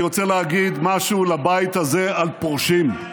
אני רוצה להגיד משהו לבית הזה על פורשים,